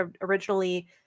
originally